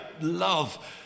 love